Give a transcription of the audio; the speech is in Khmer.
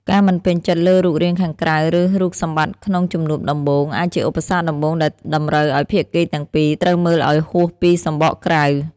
ការមិនពេញចិត្តលើរូបរាងខាងក្រៅ ឬរូបសម្បត្តិក្នុងជំនួបដំបូង អាចជាឧបសគ្គដំបូងដែលតម្រូវឱ្យភាគីទាំងពីរត្រូវមើលឱ្យហួសពីសំបកក្រៅ។